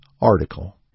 article